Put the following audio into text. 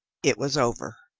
it was over.